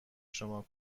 شما